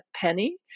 Penny